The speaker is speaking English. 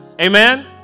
Amen